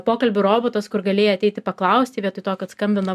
pokalbių robotas kur galėjai ateiti paklausti vietoj to kad skambina